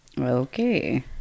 Okay